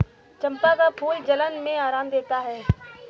चंपा का फूल जलन में आराम देता है